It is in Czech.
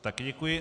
Taky děkuji.